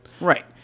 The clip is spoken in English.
Right